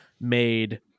made